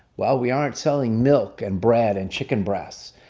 well, we aren't selling milk and bread and chicken breasts.